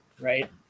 right